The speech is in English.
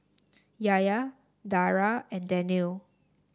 Yahya Dara and Daniel